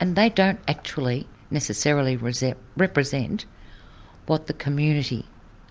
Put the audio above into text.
and they don't actually necessarily represent represent what the community